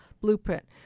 blueprint